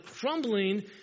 crumbling